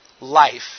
life